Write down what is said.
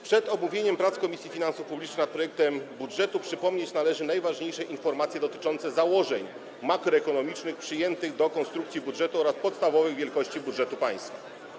Przed omówieniem prac Komisji Finansów Publicznych nad projektem budżetu przypomnieć należy najważniejsze informacje dotyczące założeń makroekonomicznych przyjętych do konstrukcji budżetu oraz podstawowych wielkości budżetu państwa.